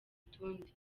utundi